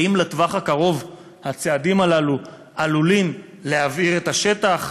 האם לטווח הקרוב הצעדים הללו עלולים להבעיר את השטח,